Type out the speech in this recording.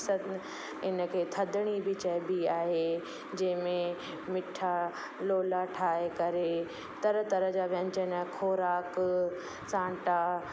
सभु इन खे थधिड़ी बि चइबी आहे जंहिंमें मिठा लोला ठाहे करे तरह तरह जा व्यंजन खोराक सांटा